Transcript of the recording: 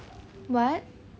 what